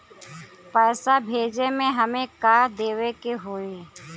पैसा भेजे में हमे का का देवे के होई?